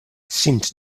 seemed